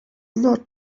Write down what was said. not